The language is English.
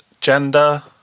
gender